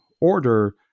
order